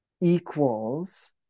equals